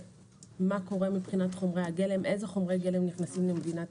בדרך כלל סגני שרים לא מתרוצצים בוועדות.